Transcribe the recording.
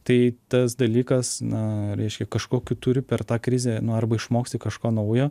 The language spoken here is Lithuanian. tai tas dalykas na reiškia kažkokį turi per tą krizę nu arba išmoksti kažko naujo